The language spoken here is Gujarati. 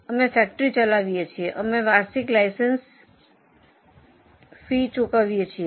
અમે ફેક્ટરી ચલાવીએ છીએ અમે વાર્ષિક લાઇસન્સ ફી ચૂકવી પડે છીએ